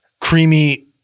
creamy